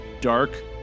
Dark